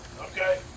Okay